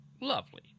lovely